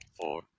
four